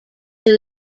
two